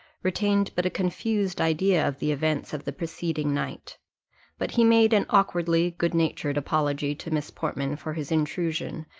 retained but a confused idea of the events of the preceding night but he made an awkwardly good-natured apology to miss portman for his intrusion,